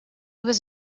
was